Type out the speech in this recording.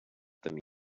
them